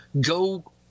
go